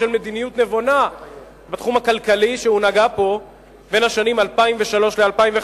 בשל מדיניות נבונה בתחום הכלכלי שהונהגה פה בין השנים 2003 ו-2005.